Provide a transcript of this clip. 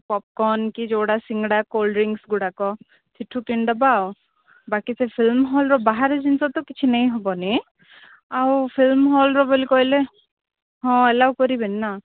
popcorn କି ଯେଉଁଗୁଡ଼ା ସିଙ୍ଗଡ଼ା କୋଲ୍ଡ଼ ଡ୍ରିଙ୍ଗସ୍ଗୁଡ଼ାକ ସେଇଠୁ କିଣିଦେବା ଆଉ ବାକି ସେ ଫିଲ୍ମ ହଲ୍ର ବାହାର ଜିନିଷ ତ କିଛି ନେଇ ହେବନି ଆଉ ଫିଲ୍ମ୍ ହଲ୍ର ବୋଲି କହିଲେ ହଁ ଏଲାଉ କରିବେନି ନା